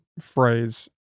phrase